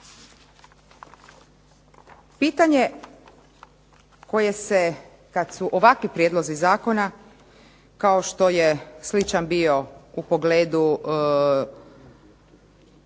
Pitanje koje se kad su ovakvi prijedlozi zakona, kao što je sličan bio u pogledu